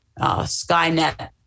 Skynet